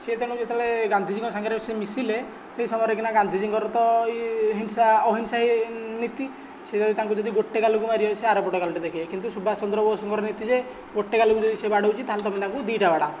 ସେ ତେଣୁ ଯେତେବେଳେ ଗାନ୍ଧିଜୀଙ୍କ ସାଙ୍ଗରେ ସେ ମିଶିଲେ ସେ ସମୟରେ କିନା ଗାନ୍ଧିଜୀଙ୍କର ତ ହିଂସା ଅହିଂସା ନୀତି ସେ ତାଙ୍କୁ ଯଦି ଗୋଟେ ଗାଲକୁ ମାରିବେ ସେ ଆର ପଟ ଗାଲ ଦେଖାଇ ଦେବେ କିନ୍ତୁ ସୁବାଷ ଚନ୍ଦ୍ର ବୋଷଙ୍କର ନୀତି ଯେ ଗୋଟେ ଗାଲକୁ ଯଦି ସେ ବାଡ଼ାଉଛି ତା'ହେଲେ ତୁମେ ତାକୁ ଦୁଇଟା ବାଡ଼ାଓ